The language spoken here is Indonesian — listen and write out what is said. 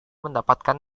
mendapatkan